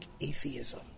atheism